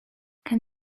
can